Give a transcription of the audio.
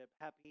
Happy